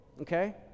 Okay